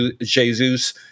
Jesus